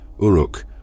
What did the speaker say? Uruk